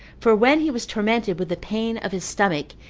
for when he was tormented with the pain of his stomach,